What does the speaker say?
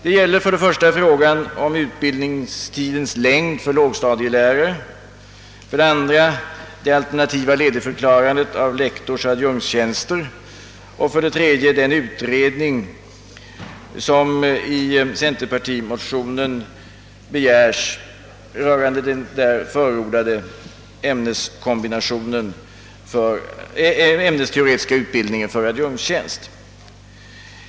Det gäller för det första utbildningstidens längd för lågstadielärare, för det andra det alternativa ledigförklarandet av lektorsoch adjunktstjänster och för det tredje den utredning som i centerpartimotionen begärs rörande den där förordade ämnesteoretiska utbildningen för adjunktstjänst.